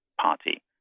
party